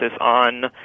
on